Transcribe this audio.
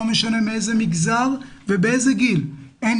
לא משנה מאיזה מגזר ובאיזה גיל אין